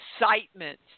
excitement